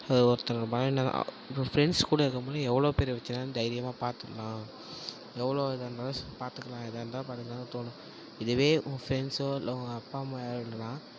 அது ஒருத்தங்கள உங்கள் ஃப்ரண்ட்ஸ் கூட இருக்கமோது எவ்வளோ பெரிய பிரச்சனையா தைரியமாக பார்த்துக்கலாம் எவ்வளோ இதாக இருந்தாலும் பார்த்துக்கலாம் எதாக இருந்தால் பார்த்துக்கலானு தோணும் இதுவே உங்கள் ஃப்ரண்ட்சோ இல்லை உங்கள் அப்பா அம்மா யாராவதுன்னா